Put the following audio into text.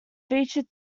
featured